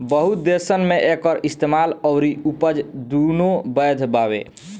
बहुत देसन मे एकर इस्तेमाल अउरी उपज दुनो बैध बावे